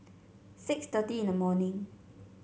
six thirty in the morning